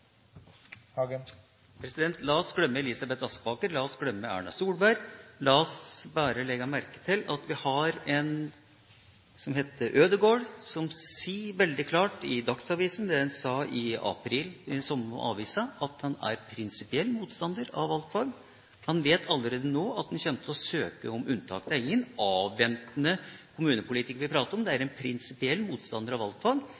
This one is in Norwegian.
La oss glemme Elisabeth Aspaker, la oss glemme Erna Solberg – la oss bare legge merke til at vi har en som heter Ødegaard, som sier veldig klart i Dagsavisen det han sa i april i den samme avisen, at han er prinsipiell motstander av valgfag. Han vet allerede nå at han kommer til å søke om unntak. Det er ingen avventende kommunepolitiker vi snakker om,